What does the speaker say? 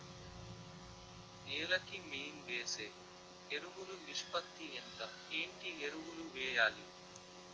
నేల కి మెయిన్ వేసే ఎరువులు నిష్పత్తి ఎంత? ఏంటి ఎరువుల వేయాలి?